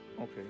Okay